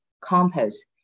compost